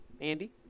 Andy